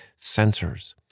sensors